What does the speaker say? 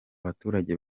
baturage